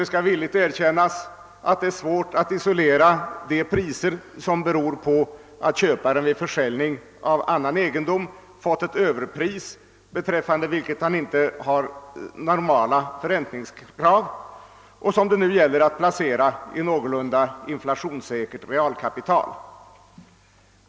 Jag skall villigt erkänna att det är svårt att isolera de priser som beror på att fastighetsköparen vid försäljning av annan egendom fått ett överpris. Beträffande de pengarna har han inte normala förräntningskrav och det gäller att placera dem i någorlunda inflationssäkert realkapital.